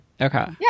Okay